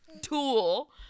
tool